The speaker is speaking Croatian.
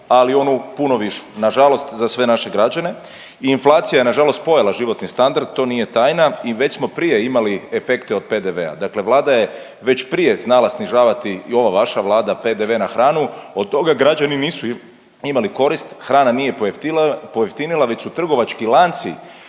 ali onu puno višu. Nažalost za sve naše građane i inflacija je nažalost pojela životni standard to nije tajna i već smo prije imali efekte od PDV-a, dakle Vlada je već prije znala snižavati i ova vaša Vlada PDV na hranu, od toga građani nisu imali korist, hrana nije pojeftinila već su trgovački lanci